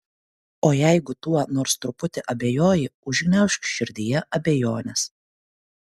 o jeigu tuo nors truputį abejoji užgniaužk širdyje abejones